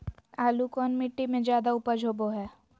आलू कौन मिट्टी में जादा ऊपज होबो हाय?